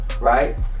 right